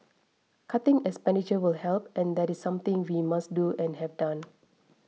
cutting expenditure will help and that is something we must do and have done